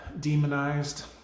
demonized